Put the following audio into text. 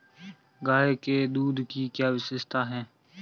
गाय के दूध की क्या विशेषता है?